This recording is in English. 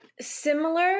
similar